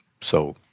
So-